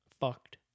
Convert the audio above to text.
fucked